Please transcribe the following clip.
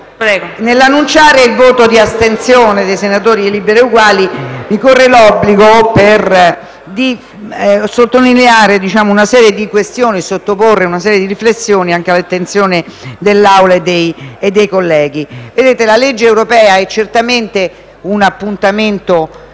Nell'annunciare il voto di astensione dei senatori di Liberi e Uguali, mi corre l'obbligo di sottolineare una serie di questioni e di sottoporre una serie di riflessioni all'attenzione dell'Assemblea e dei colleghi. La legge europea è certamente un appuntamento